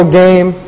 game